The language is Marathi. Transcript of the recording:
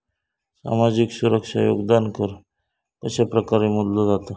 सामाजिक सुरक्षा योगदान कर कशाप्रकारे मोजलो जाता